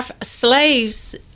Slaves